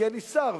כי אין לי שר,